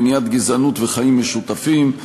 מניעת גזענות וחיים משותפים.